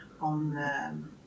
on